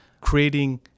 creating